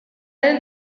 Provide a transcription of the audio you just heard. del